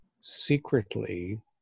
secretly